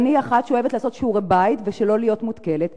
ואני אחת שאוהבת לעשות שיעורי-בית כדי שלא להיות מותקלת.